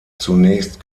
zunächst